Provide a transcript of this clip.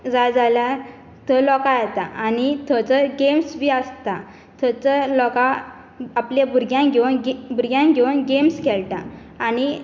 जाय जाल्यार थंय लोक येता आनी थंयसर गेम्स बी आसता थंयसर लोक आपल्या भुरग्यांक घेवन गे भुरग्यांक घेवन गेम्स खेळटा आनी